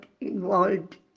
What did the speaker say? involved